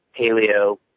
paleo